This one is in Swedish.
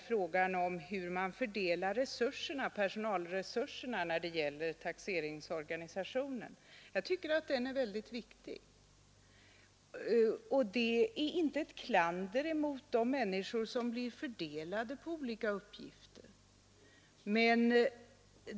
Frågan om hur man fördelar personalresurserna när det gäller taxeringsorganisationen tycker jag är väldigt viktig. Jag riktar inte något klander mot de människor som blir fördelade på olika uppgifter.